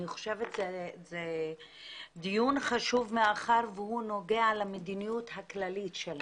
אני חושבת שזה דיון חשוב מאחר והוא נוגע למדיניות הכללית של המשרד.